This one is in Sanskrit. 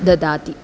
ददाति